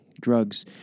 Drugs